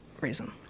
reason